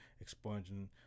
expunging